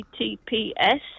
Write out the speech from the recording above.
HTTPS